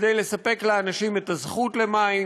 כדי לספק לאנשים את הזכות למים.